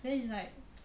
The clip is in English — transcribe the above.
then it's like